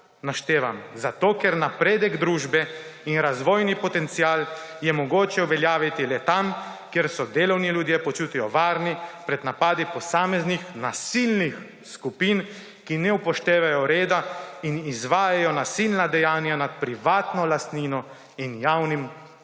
naštevam? Zato ker je napredek družbe in razvojni potencial mogoče uveljaviti le tam, kjer se delovni ljudje počutijo varne pred napadi posameznih nasilnih skupin, ki ne upoštevajo reda in izvajajo nasilna dejanja nad privatno lastnino in javnim dobrim.